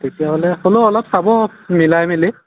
তেতিয়াহ'লে হ'ল'ও অলপ চাব মিলাই মেলি